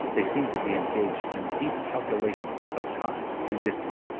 they seemed to be engaged in deep calculations of time and distance.